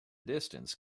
distance